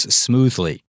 smoothly